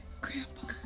Grandpa